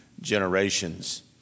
generations